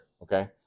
Okay